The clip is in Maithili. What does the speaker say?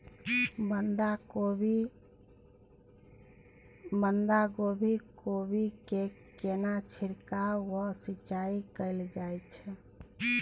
बंधागोभी कोबी मे केना छिरकाव व सिंचाई कैल जाय छै?